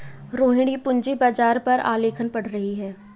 रोहिणी पूंजी बाजार पर आलेख पढ़ रही है